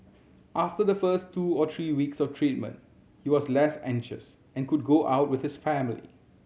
after the first two or three weeks of treatment he was less anxious and could go out with his family